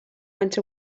went